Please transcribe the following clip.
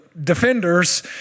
defenders